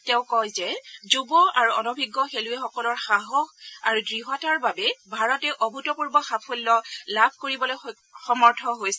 তেওঁ কয় যে যুৱ আৰু অনডিজ্ঞ খেলুৱৈসকলৰ সাহস আৰু দ্ঢ়তাৰ বাবে ভাৰতে অভূতপূৰ্ব সাফল্য লাভ কৰিবলৈ সমৰ্থ হৈছে